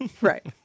Right